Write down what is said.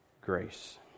grace